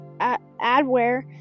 adware